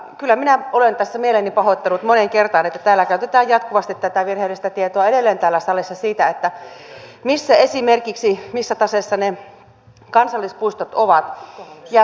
kyllä minä olen tässä mieleni pahoittanut moneen kertaan että täällä salissa edelleen käytetään jatkuvasti tätä virheellistä tietoa esimerkiksi siitä missä taseessa ne kansallispuistot ovat